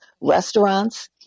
restaurants